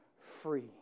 free